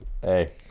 hey